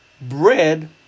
bread